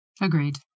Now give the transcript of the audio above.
Agreed